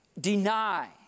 Deny